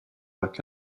like